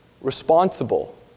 responsible